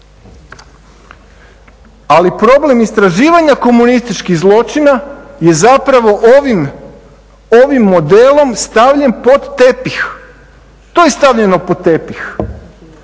Ali problem istraživanja komunističkih zločina je ovim modelom stavljen pod tepih, to je stavljeno pod tepih.